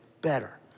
better